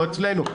לא אצלנו,